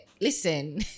listen